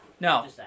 No